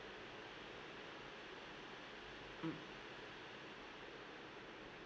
mm